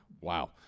Wow